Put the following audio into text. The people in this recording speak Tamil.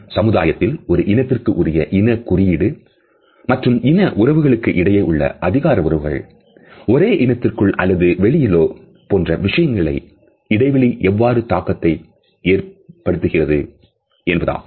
சமுதாயத்தில் ஒரு இனத்துக்கு உரிய இன குறியீடு மற்றும் இன உறவுகளுக்கிடையே உள்ள அதிகார உறவுகள் ஒரே இனத்திற்குள் அல்லது வெளியிலோ போன்ற விஷயங்களை இடைவெளி எவ்வாறு தாக்கத்தை ஏற்படுத்துகிறது என்பதாகும்